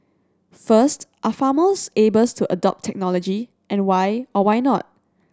first are farmers able to adopt technology and why or why not